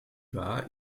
war